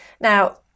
Now